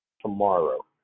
tomorrow